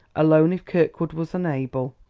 alone if kirkwood was unable,